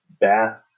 Bath